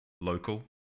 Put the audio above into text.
local